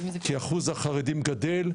כי אחוז החרדים גדל.